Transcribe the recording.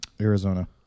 Arizona